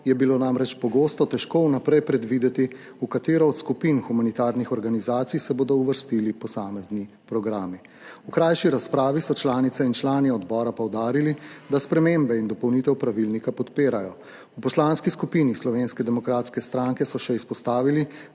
je bilo namreč pogosto težko vnaprej predvideti, v katero od skupin humanitarnih organizacij se bodo uvrstili posamezni programi. V krajši razpravi so članice in člani odbora poudarili, da spremembe in dopolnitve pravilnika podpirajo. V Poslanski skupini Slovenske demokratske stranke so še izpostavili,